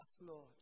Lord